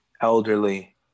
elderly